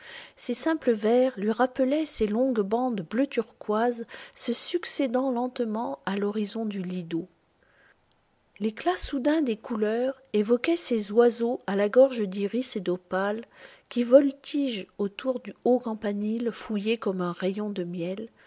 ces simples vers lui rappelaient ces longues bandes bleu turquoise se succédant lentement à l'horizon du lido l éclat soudain des couleurs évoquait ces oiseaux à la gorge d'iris et d'opale qui voltigent autour du haut campanile fouillé comme un rayon de miel